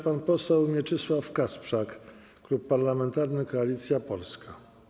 Pan poseł Mieczysław Kasprzak, Klub Parlamentarny Koalicja Polska.